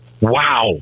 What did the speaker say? Wow